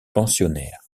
pensionnaires